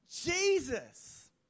Jesus